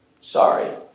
Sorry